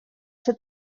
ser